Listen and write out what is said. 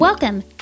Welcome